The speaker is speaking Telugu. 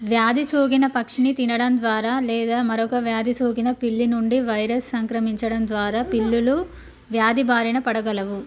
వ్యాధి సోకిన పక్షిని తినడం ద్వారా లేదా మరొక వ్యాధి సోకిన పిల్లి నుండి వైరస్ సంక్రమించడం ద్వారా పిల్లులు వ్యాధి బారిన పడగలవు